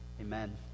Amen